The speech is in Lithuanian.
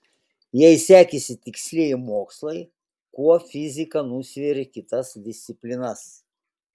jei sekėsi tikslieji mokslai kuo fizika nusvėrė kitas disciplinas